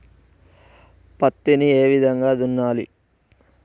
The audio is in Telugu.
పత్తిని ఏ విధంగా దున్నాలి?